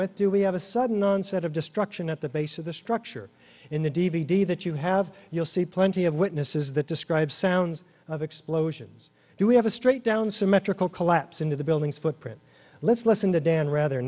with do we have a sudden onset of destruction at the base of the structure in the d v d that you have you'll see plenty of witnesses that describe sounds of explosions do we have a straight down symmetrical collapse into the building's footprint let's listen to dan rather